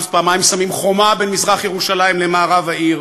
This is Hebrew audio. פעמיים שמים חומה בין מזרח-ירושלים למערב העיר.